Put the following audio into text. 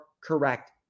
correct